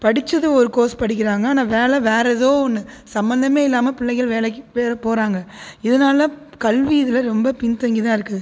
படிச்சது ஒரு கோர்ஸ் படிக்கிறாங்க ஆனால் வேலை வேறு ஏதோ ஒன்று சம்மந்தமே இல்லாமல் பிள்ளைங்கள் வேலைக்கு போகிறாங்க இதனால கல்வி இதில் ரொம்ப பின்தங்கி தான் இருக்குது